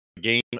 Game